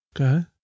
Okay